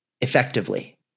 effectively